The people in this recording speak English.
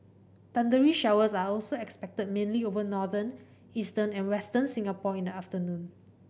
thundery showers are also expected mainly over northern eastern and Western Singapore in the afternoon